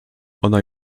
ona